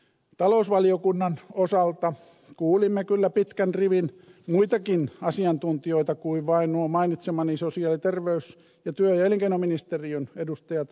talousvaliokunnan osalta kuulimme kyllä pitkän rivin muitakin asiantuntijoita kuin vain nuo mainitsemani sosiaali ja terveysministeriön ja työ ja elinkeinoministeriön edustajat